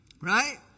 Right